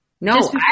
No